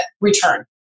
return